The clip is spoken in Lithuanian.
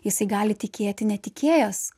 jisai gali tikėti netikėjęs